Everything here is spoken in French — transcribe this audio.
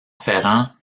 ferrand